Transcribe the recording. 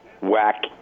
whack